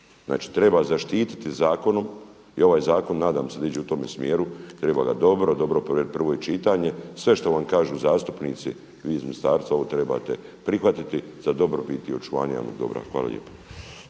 Znači treba zaštititi zakonom i ovaj zakon nadam se da ide u tome smjeru, treba ga dobro, dobro provjeriti. Prvo je čitanje, sve što vam kažu zastupnici vi iz ministarstva ovo trebate prihvatiti za dobrobit i očuvanje javnog dobra. Hvala lijepa.